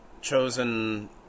chosen